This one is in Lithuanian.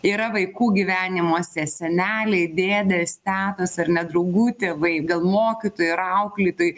yra vaikų gyvenimuose seneliai dėdės tetos ar ne draugų tėvai gal mokytojai ir auklėtojai